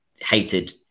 hated